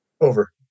Over